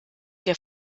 der